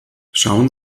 schauen